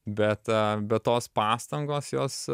bet bet tos pastangos jos